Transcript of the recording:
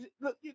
look